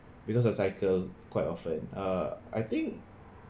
because I cycle quite often uh I think